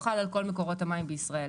חל על כל מקורות המים בישראל.